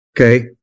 okay